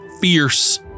fierce